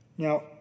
Now